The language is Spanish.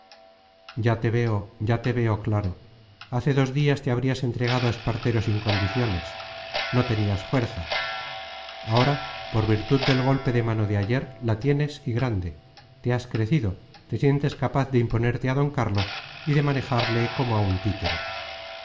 ya te veo ya te veo claro hace dos días te habrías entregado a espartero sin condiciones no tenías fuerza ahora por virtud del golpe de mano de ayer la tienes y grande te has crecido te sientes capaz de imponerte a d carlos y de manejarle como a un títere